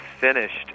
finished